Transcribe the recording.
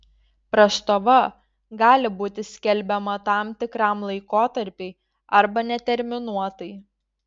prastova gali būti skelbiama tam tikram laikotarpiui arba neterminuotai